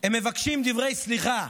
הם מבקשים סליחה